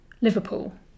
Liverpool